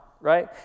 right